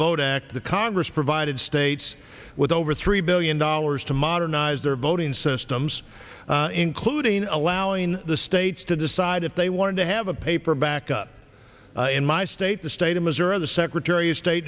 vote act the congress provided states with over three billion dollars to modernize their voting systems including allowing the states to decide if they wanted to have a paper backup in my state the state of missouri the secretary of state